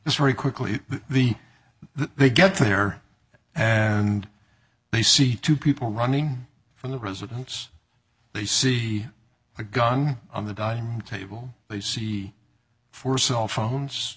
it's very quickly the they get there and they see two people running from the residence they see a gun on the dining table they see four cellphones